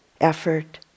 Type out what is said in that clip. effort